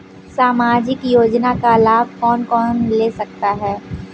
सामाजिक योजना का लाभ कौन कौन ले सकता है?